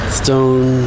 stone